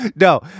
No